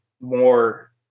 more